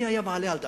מי היה מעלה על דעתו?